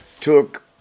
took